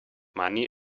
money